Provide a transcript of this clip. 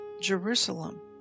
Jerusalem